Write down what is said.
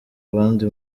bandi